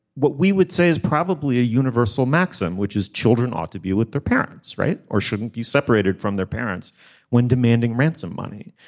what we would say is probably a universal maxim which is children ought to be with their parents right. or shouldn't be separated from their parents when demanding ransom money.